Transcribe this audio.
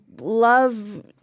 love